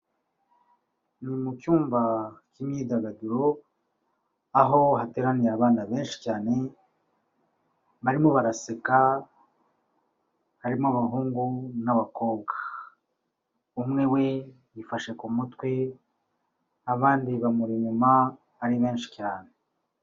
Ni mu cyumba cy'imyidagaduro, aho hateraniye abana benshi cyane barimo baraseka, harimo abahungu n'abakobwa. Umwe we yifashe ku mutwe, abandi bamuri inyuma ari benshi cyane.